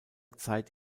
zeit